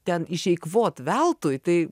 ten išeikvot veltui tai